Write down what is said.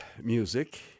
music